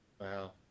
Wow